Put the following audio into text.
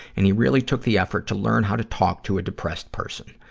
and he really took the effort to learn how to talk to a depressed person.